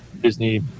Disney